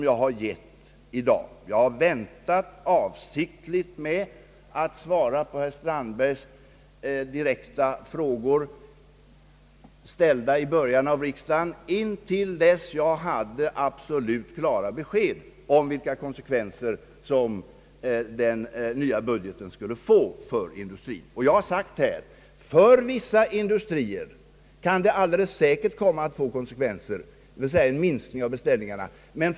Jag har väntat avsiktligt med att besvara hans direkta frågor, ställda i början av vårriksdagen, tills jag hade absolut klara besked om vilka konsekvenser den nya budgeten skulle få för försvarsindustrin. Jag har svarat att den säkert kan komma att få konsekvenser för vissa industrier, d. v. s. medföra en minskning av beställningarna där.